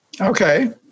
Okay